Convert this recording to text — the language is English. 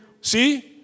see